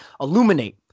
illuminate